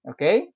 Okay